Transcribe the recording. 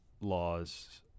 laws